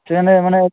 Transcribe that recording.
সেখানে মানে